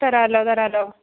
തരാമല്ലോ തരാമല്ലോ